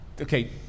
okay